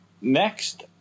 next